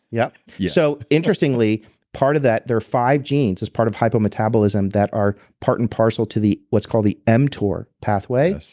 yup. so interestingly part of that, there are five genes as part of hypometabolism that are part and parcel to the, what's called the mtor pathway,